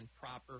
proper